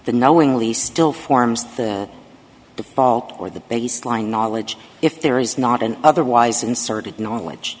the knowingly still forms the fault or the baseline knowledge if there is not an otherwise inserted knowledge